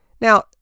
Now